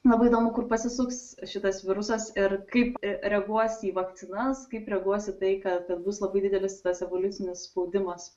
labai įdomu kur pasisuks šitas virusas ir kaip reaguos į vakcinas kaip reaguos į tai kad bus labai didelis tas evoliucinis spaudimas